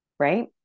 right